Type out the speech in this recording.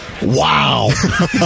Wow